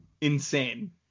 insane